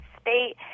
state